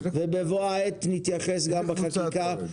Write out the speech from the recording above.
בבוא העת נתייחס גם בחקיקה.